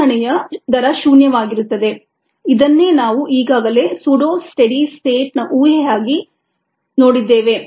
ಸಂಗ್ರಹಣೆಯ ದರ ಶೂನ್ಯವಾಗಿರುತ್ತದೆ ಇದನ್ನೇ ನಾವು ಈಗಾಗಲೇ ಸೂಡೋ ಸ್ಟೆಡಿ ಸ್ಟೇಟ್ನ ಊಹೆಯಾಗಿ ನೋಡಿದ್ದೇವೆ